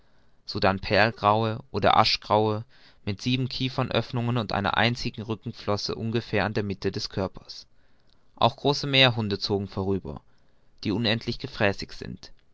sodann perlgraue oder aschgraue mit sieben kiefernöffnungen und einer einzigen rückenflosse ungefähr an der mitte des körpers auch große meerhunde zogen vorüber die unendlich gefräßig sind